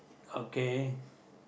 okay